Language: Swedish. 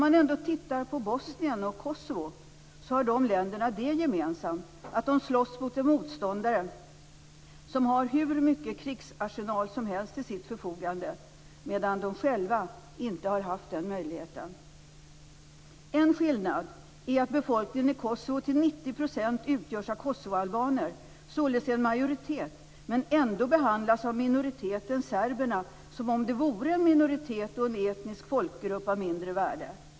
Men Bosnien och Kosovo har det gemensamt att de slåss mot en motståndare som har hur stor krigsarsenal som helst till sitt förfogande medan dessa länder själva inte har samma möjlighet. En skillnad är att befolkningen i Kosovo till 90 % består av kosovoalbaner. De utgör således en majoritet, men de behandlas ändå av minoriteten - serberna - som om de vore en minoritet och en etnisk folkgrupp av mindre värde.